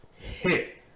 hit